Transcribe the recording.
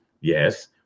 yes